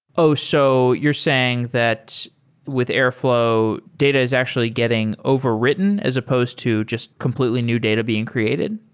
oh! so you're saying that with airfl ow, data is actually getting overwritten as supposed to just completely new data being created?